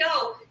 go